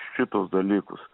šitus dalykus